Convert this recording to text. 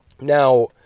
Now